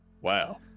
Wow